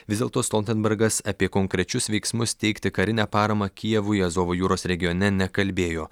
vis dėlto stoltenbergas apie konkrečius veiksmus teikti karinę paramą kijevui azovo jūros regione nekalbėjo